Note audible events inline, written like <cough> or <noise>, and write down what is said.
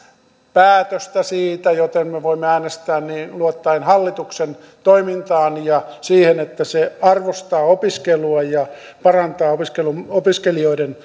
päätöstä siitä joten me me voimme äänestää luottaen hallituksen toimintaan ja siihen että se arvostaa opiskelua ja parantaa opiskelijoiden <unintelligible>